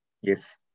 Yes